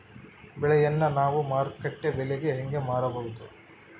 ಬೆಳೆಯನ್ನ ನಾವು ಮಾರುಕಟ್ಟೆ ಬೆಲೆಗೆ ಹೆಂಗೆ ಮಾರಬಹುದು?